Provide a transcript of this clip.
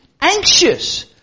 anxious